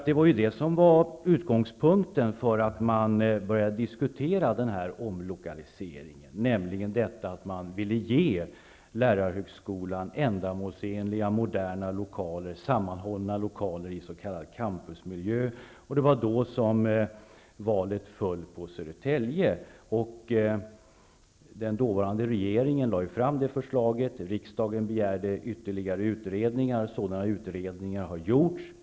Det var detta som var utgångspunkten för diskussionen om omlokalisering. Man ville ge lärarhögskolan ändamålsenliga moderna lokaler sammanhållna i s.k. campusmiljö. Det var då som valet föll på Den dåvarande regeringen lade fram förslaget, och riksdagen begärde ytterligare utredningar. Sådana utredningar har gjorts.